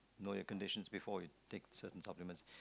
know your condition before you take certain supplements